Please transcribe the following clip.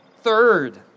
Third